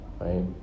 right